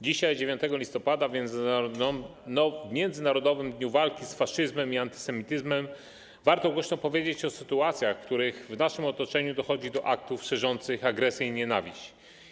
Dzisiaj, 9 listopada, w Międzynarodowym Dniu Walki z Faszyzmem i Antysemityzmem warto głośno powiedzieć o sytuacjach, w których w naszym otoczeniu dochodzi do aktów szerzących agresję i nienawiść.